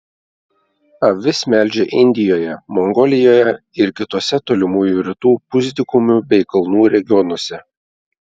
avis melžia indijoje mongolijoje ir kituose tolimųjų rytų pusdykumių bei kalnų regionuose